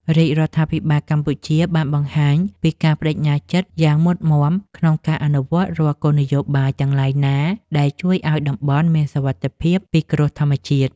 រាជរដ្ឋាភិបាលកម្ពុជាបានបង្ហាញពីការប្តេជ្ញាចិត្តយ៉ាងមុតមាំក្នុងការអនុវត្តរាល់គោលនយោបាយទាំងឡាយណា ដែលជួយឱ្យតំបន់មានសុវត្ថិភាពពីគ្រោះធម្មជាតិ។